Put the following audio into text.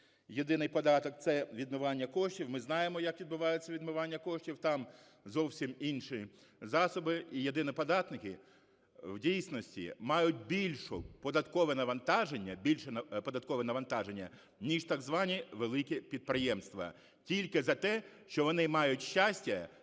єдиний податок – це відмивання коштів. Ми знаємо, як відбувається відмивання коштів, там зовсім інші засоби. І єдиноподатники в дійсності мають більше податкове навантаження, ніж так звані великі підприємства, тільки за те, що вони мають щастя